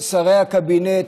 שרי הקבינט,